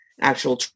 actual